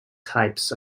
types